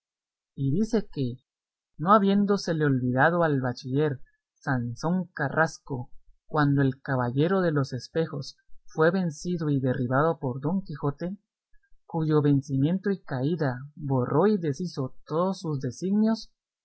y dice que no habiéndosele olvidado al bachiller sansón carrasco cuando el caballero de los espejos fue vencido y derribado por don quijote cuyo vencimiento y caída borró y deshizo todos sus designios